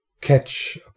catch